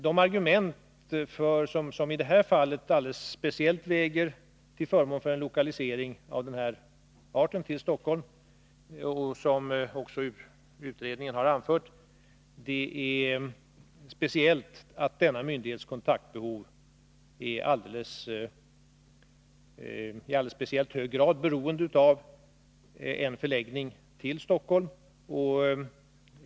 De argument som talar till förmån för en lokalisering av den här arten till Stockholm — dem har också utredningen anfört — är att denna myndighets kontaktbehov i alldeles speciellt hög grad är beroende av en förläggning till Stockholm.